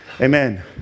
Amen